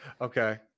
Okay